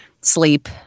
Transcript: sleep